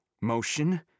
Motion